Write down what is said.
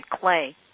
clay